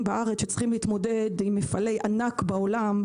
בארץ שצריכים להתמודד עם מפעלי ענק בעולם,